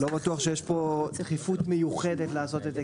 לא בטוח שיש פה דחיפות לעשות את זה